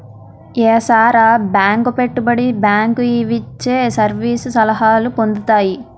ఏసార bank పెట్టుబడి bank ఇవిచ్చే service సలహాలు పొందుతాయి